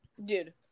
Dude